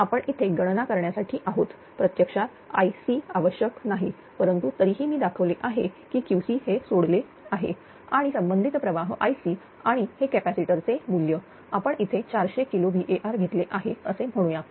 तर आपण इथे गणना करण्यासाठी आहोत प्रत्यक्षात IC आवश्यक नाही परंतु तरीही मी दाखवले आहे की QC हे सोडले आहे आणि संबंधित प्रवाह IC आणि हे कॅपॅसिटर चे मूल्य आपण इथे 400 किलोVAr घेतले आहे असे म्हणूया